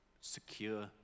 secure